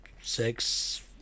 six